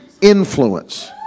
influence